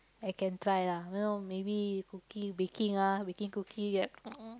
I can try lah you know maybe cookie baking ah baking cookie